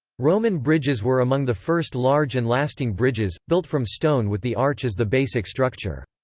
roman bridges were among the first large and lasting bridges, built from stone with the arch as the basic structure.